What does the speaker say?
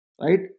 right